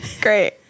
great